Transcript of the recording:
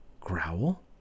growl